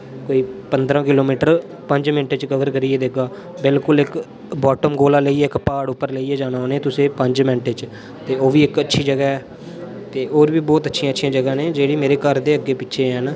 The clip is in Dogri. पंद्रा किलोमीटर पंज मिंट च कवर करिये देगा बिल्कुल इक बाटम कोला लेइयै इक पहाड़ उप्पर लेइयै जाना तुसे पंज मेंट च ओह् बी इक अच्छी जगहा ऐ ते होर बी बहुत अच्छियां अच्छियां जगहा न जेह्ड़िया मेरे घर दे अग्गे पीछे न